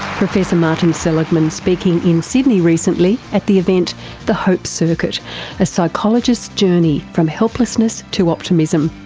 professor martin seligman speaking in sydney recently at the event the hope circuit a psychologist's journey from helplessness to optimism.